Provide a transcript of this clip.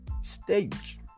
stage